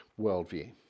worldview